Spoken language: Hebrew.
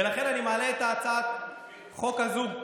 ולכן אני מעלה את הצעת החוק הזאת,